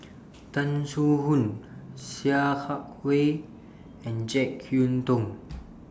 Tan Soo Khoon Sia Kah Hui and Jek Yeun Thong